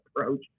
approach